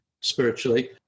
spiritually